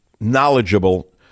knowledgeable